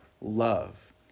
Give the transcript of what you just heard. love